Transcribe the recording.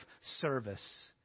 service